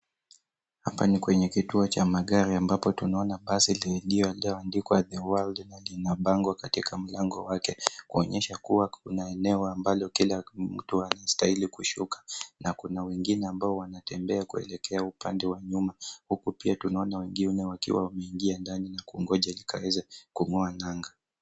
Hapa ni kwenye kituo cha magari ambapo tunaona basi iliyooandikwa The World na lina bango katika mlango wake, kuonyesha kuwa kuna eneo ambalo kila mtu anastahili kushuka na kuna wengine ambao wanatembea kuelekea upande wa nyuma, huku pia tunaona wengine wakiwa wameingia ndani na kungonja likaweze kung'oa nanga.